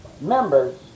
members